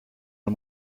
dem